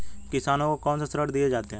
किसानों को कौन से ऋण दिए जाते हैं?